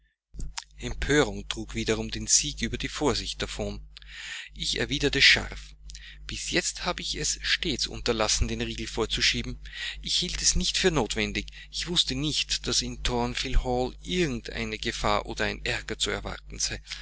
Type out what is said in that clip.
empörung trug wiederum den sieg über die vorsicht davon ich erwiderte scharf bis jetzt habe ich es stets unterlassen den riegel vorzuschieben ich hielt es nicht für notwendig ich wußte nicht daß in thornfield hall irgend eine gefahr oder ein ärger zu erwarten sei